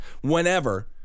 whenever